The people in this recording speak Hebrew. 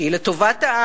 שהיא לטובת העם,